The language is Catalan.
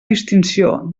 distinció